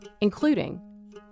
including